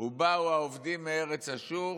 "ובאו האֹבדים בארץ אשור